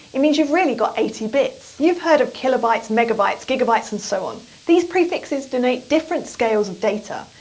it means you've really got eighty bits. you've heard of kilobytes, megabytes, gigabytes and so on. these prefixes denote different scales of data.